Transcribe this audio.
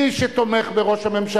מקשיב, והוא רוצה לשנות את סדרי העדיפויות.